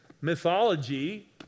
mythology